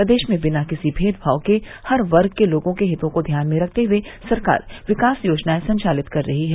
प्रदेश में बिना किसी भेदभाव के हर वर्ग के लोगों के हितों को ध्यान में रखते हुए सरकार विकास योजनाए संचालित कर रही है